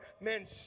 men